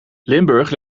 limburg